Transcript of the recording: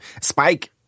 Spike